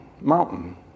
mountain